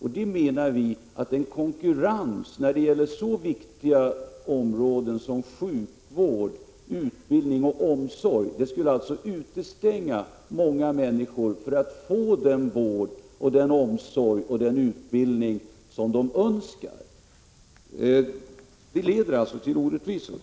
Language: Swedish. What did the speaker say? Vi menar att en konkurrens när det gäller så viktiga områden som sjukvård, utbildning och omsorg skulle utestänga många människor från att få den vård, den omsorg och den utbildning som de önskar. Det leder alltså till orättvisor.